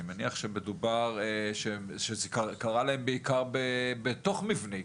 אני מניח שזה קרה להם בעיקר בתוך מבנה,